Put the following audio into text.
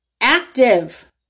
active